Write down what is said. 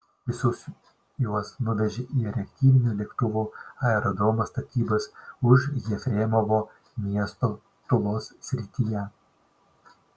visus juos nuvežė į reaktyvinių lėktuvų aerodromo statybas už jefremovo miesto tulos srityje